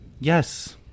Yes